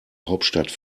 hauptstadt